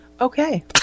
Okay